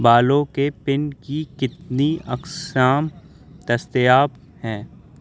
بالوں کے پن کی کتنی اقسام دستیاب ہیں